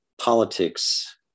politics